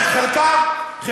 אלפחם, אני אראה לך.